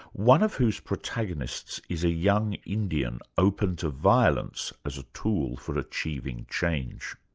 one of whose protagonists is a young indian, open to violence as a tool for achieving change.